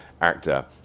actor